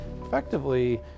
Effectively